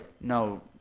No